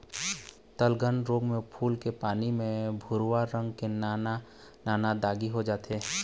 तनगलन रोग म फूल के पाना म भूरवा रंग के नान नान दागी हो जाथे